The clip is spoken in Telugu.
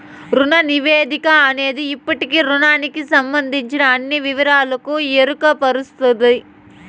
రుణ నివేదిక అనేది ఇప్పటి రుణానికి సంబందించిన అన్ని వివరాలకు ఎరుకపరుస్తది